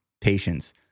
patience